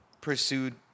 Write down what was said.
pursued